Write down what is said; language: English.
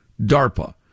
DARPA